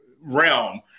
realm